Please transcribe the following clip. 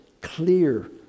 clear